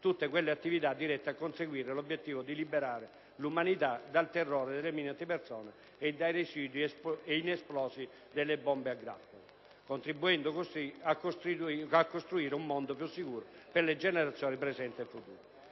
tutte le attività dirette a conseguire l'obiettivo di liberare l'umanità dal terrore delle mine antipersona e dai residui inesplosi delle bombe a grappolo, contribuendo a costruire un mondo più sicuro per le generazioni presenti e future.